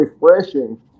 refreshing